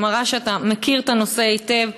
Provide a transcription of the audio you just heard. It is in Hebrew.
שמראה שאתה מכיר את הנושא היטב.